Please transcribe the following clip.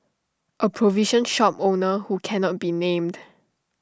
A provision shop owner who cannot be named